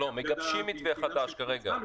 לא, מגבשים מתווה חדש כרגע.